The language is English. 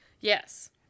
Yes